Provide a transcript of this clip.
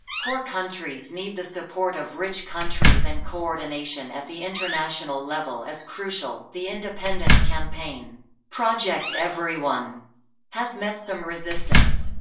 poor countries need the support of rich countries and coordination at the international level is crucial the independent campaign project everyone has met some resistance.